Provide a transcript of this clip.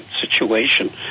situation